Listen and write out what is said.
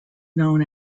known